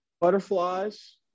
Butterflies